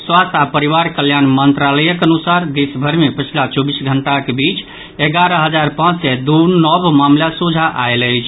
स्वास्थ्य आ परिवार कल्याण मंत्रालयक अनुसार देशभरि मे पछिला चौबीस घंटाक बीच एगारह हजार पांच सय दू नव मामिला सोझा आयल अछि